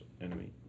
enemy